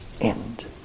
end